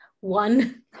one